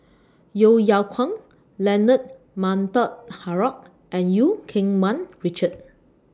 Yeo Yeow Kwang Leonard Montague Harrod and EU Keng Mun Richard